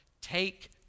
Take